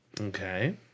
Okay